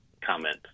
comment